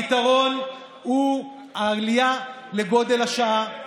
תעזבו, תצביעו נגד, הפתרון הוא העלייה לגודל השעה.